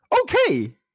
Okay